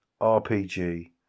RPG